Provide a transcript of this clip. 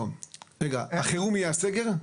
בתקופת החירום יהיה סגר?